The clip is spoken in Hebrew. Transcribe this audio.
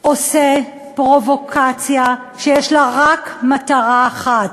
עושה פרובוקציה שיש לה רק מטרה אחת,